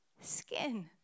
skin